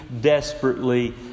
desperately